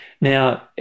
Now